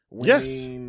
yes